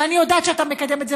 ואני יודעת שאתה מקדם את זה,